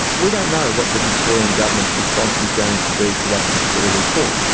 we don't know what the victorian government's response is going to be to that particular report.